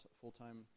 full-time